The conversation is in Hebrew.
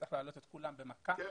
שצריך להעלות את כולם במכה אחת.